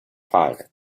father